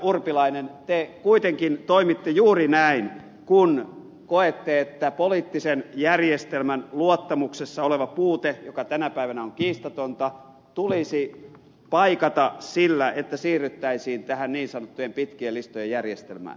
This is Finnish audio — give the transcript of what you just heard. urpilainen te kuitenkin toimitte juuri näin kun koette että poliittisen järjestelmän luottamuksessa oleva puute joka tänä päivänä on kiistatonta tulisi paikata sillä että siirryttäisiin tähän niin sanottujen pitkien listojen järjestelmään